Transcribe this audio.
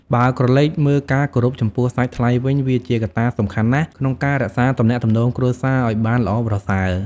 បើក្រលែកមើលការគោរពចំពោះសាច់ថ្លៃវិញ វាជាកត្តាសំខាន់ណាស់ក្នុងការរក្សាទំនាក់ទំនងគ្រួសារឲ្យបានល្អប្រសើរ។